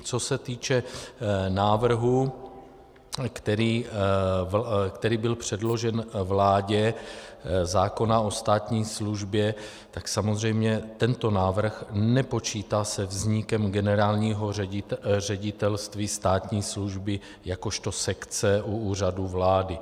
Co se týče návrhu, který byl předložen vládě, zákona o státní službě, tak samozřejmě tento návrh nepočítá se vznikem Generálního ředitelství státní služby jakožto sekce u Úřadu vlády.